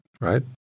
right